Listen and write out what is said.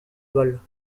balles